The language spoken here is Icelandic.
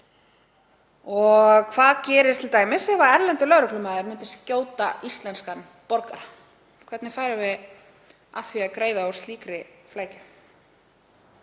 Og hvað gerist t.d. ef erlendur lögreglumaður myndi skjóta íslenskan borgara? Hvernig færum við að því að greiða úr slíkri flækju?